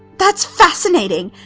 that's fascinating.